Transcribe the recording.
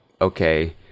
okay